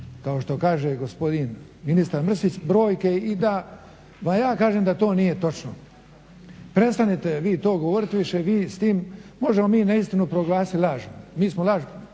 kao što kaže gospodin ministar Mrsić brojke i da vam ja kažem da to nije točno. Prestanite vi to govoriti više, vi s tim, možemo mi neistinu proglasiti lažju. Mi smo laž